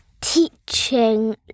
Teaching